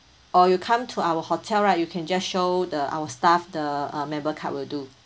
or you come to our hotel right you can just show the our staff the uh member card will do